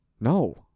no